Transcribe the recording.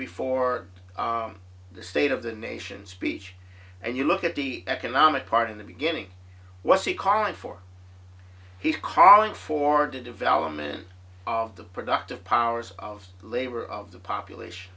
before the state of the nation speech and you look at the economic part in the beginning was he calling for he calling for development of the productive powers of labor of the population